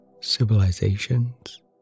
civilizations